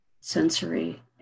sensory